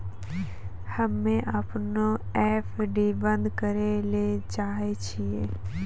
हम्मे अपनो एफ.डी बन्द करै ले चाहै छियै